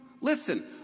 Listen